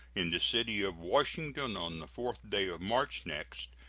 in the city of washington, on the fourth day of march next,